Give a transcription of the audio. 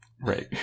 Right